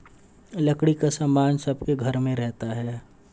लकड़ी का सामान सबके घर में रहता है